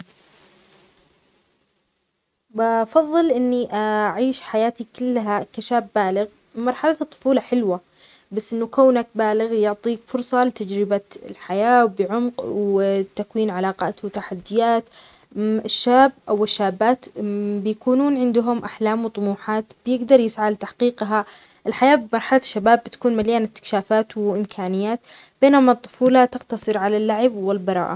أفضل قضائها شابًا بالغًا. لأن البلوغ يعطيني الفرصة لأعيش تجارب جديدة وأتعلم وأحقق أهدافي. بينما الطفولة مرحلة جميلة، لكنها محدودة في ما أستطيع فعله. مرحلة الشباب تمنحني حرية أكثر في اتخاذ القرارات وصنع المستقبل، وهذا شيء مهم بالنسبة لي.